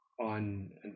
on